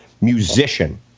musician